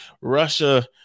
Russia